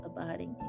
abiding